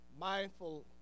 mindful